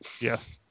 Yes